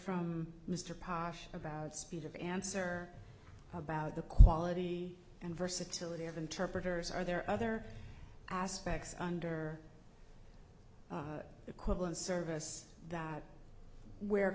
from mr posh about speed of answer about the quality and versatility of interpreters are there other aspects under equivalent service that where